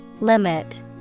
Limit